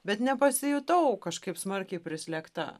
bet nepasijutau kažkaip smarkiai prislėgta